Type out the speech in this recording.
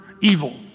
evil